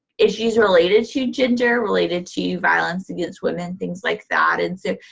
issues related to gender, related to violence against women, things like that. and so,